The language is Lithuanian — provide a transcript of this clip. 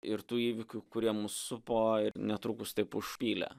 ir tų įvykių kurie mus supo ir netrukus taip užpylė